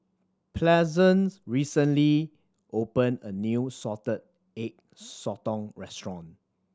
Pleasant recently opened a new Salted Egg Sotong restaurant